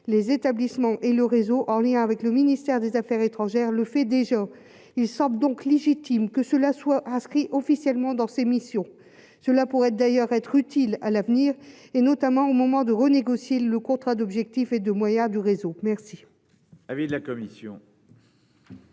les établissements et le réseau en lien avec le ministère des Affaires étrangères, le fait déjà, ils sortent donc légitime que cela soit inscrit officiellement dans ses missions, cela pourrait être d'ailleurs être utile à l'avenir et notamment au moment de renégocier le contrat d'objectifs et de moyens du réseau merci.